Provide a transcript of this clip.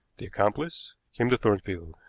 the accomplice, came to thornfield.